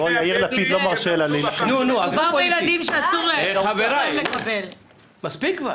--- בפני הבדואים --- חבריי, מספיק כבר.